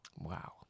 wow